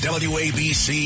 wabc